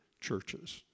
churches